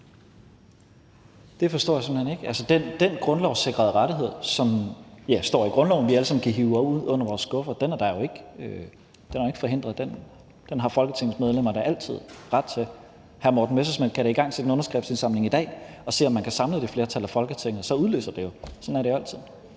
Det forstår jeg simpelt hen ikke. Altså, den grundlovssikrede rettighed, som står i grundloven, som vi alle sammen kan hive ud under vores skuffer, har jo ikke forhindret den. Den har Folketingets medlemmer da altid ret til. Hr. Morten Messerschmidt kan da igangsætte en underskriftsindsamling i dag og se, om man kan samle det flertal af Folketinget, og så udløses det jo. Sådan er det jo altid.